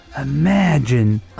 imagine